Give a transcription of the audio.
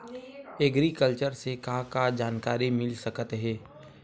Agriculture से का का जानकारी मिल सकत हे?